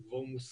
זה כבר מוסכם